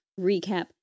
recap